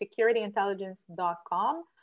securityintelligence.com